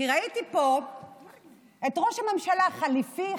כי ראיתי פה את ראש הממשלה החליפי,